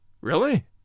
Really